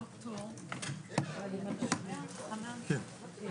הישיבה ננעלה בשעה 12:18.